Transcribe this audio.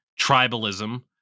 tribalism